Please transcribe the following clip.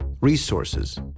resources